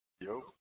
Yo